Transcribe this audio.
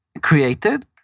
created